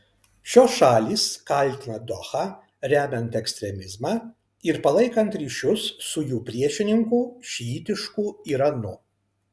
šios šalys kaltina dohą remiant ekstremizmą ir palaikant ryšius su jų priešininku šiitišku iranu